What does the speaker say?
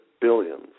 billions